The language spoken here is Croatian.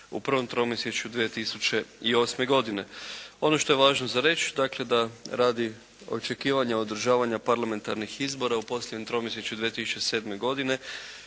u prvom tromjesječju 2008. godine. Ono što je važno za reći, dakle da radi očekivanja održavanja parlamentarnih izbora u posljednjem tromjesječju 2007. godine